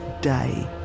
day